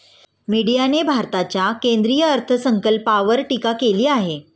मीडियाने भारताच्या केंद्रीय अर्थसंकल्पावर टीका केली आहे